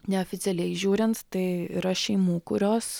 neoficialiai žiūrint tai yra šeimų kurios